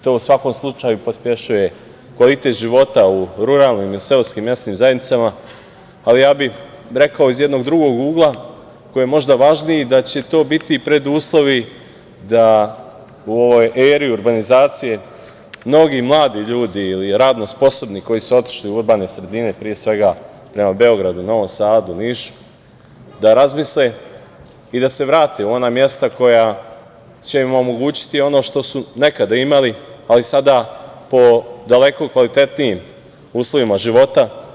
To u svakom slučaju pospešuje kvalitet života u ruralnim i seoskim mesnim zajednicama, ali ja bih rekao iz jednog drugog ugla koji je možda važniji da će to biti preduslovi da u ovoj eri urbanizacije mnogi mladi ljudi ili radno sposobni koji su otišli u urbane sredine, pre svega prema Beogradu, Novom Sadu, Nišu, da razmisle i da se vrate u ona mesta koja će im omogućiti ono što su nekada imali, ali sada po daleko kvalitetnijim uslovima života.